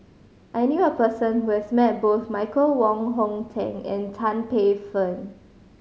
I knew a person who has met both Michael Wong Hong Teng and Tan Paey Fern